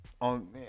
on